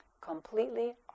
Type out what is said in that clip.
completely